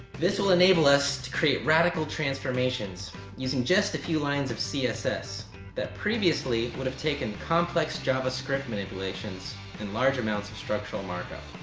this will enable us to create radical transformations using just a few lines of css that previously would have taken complex javascript manipulations and large amounts of structural markup.